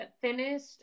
finished